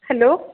hello